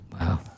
Wow